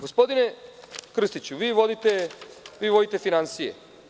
Gospodine Krstiću, vi vodite finansije.